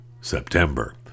September